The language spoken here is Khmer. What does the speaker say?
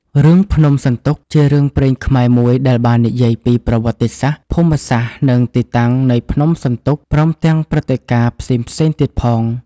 រឿង ភ្នំសន្ទុក ជារឿងព្រេងខ្មែរមួយដែលបាននិយាយពី ប្រវត្តិសាស្រ្ដ ភូមិសាស្រ្ដ និងទីតាំងនៃភ្នំសន្ទុក ព្រមទាំងព្រឹត្តិការណ៍ផ្សេងៗទៀតផង។